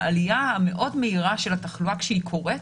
העליה המאוד מהירה של התחלואה כשהיא קורית,